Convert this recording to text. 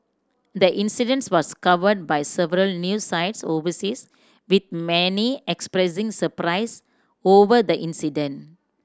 the incidents was covered by several new sites overseas with many expressing surprise over the incident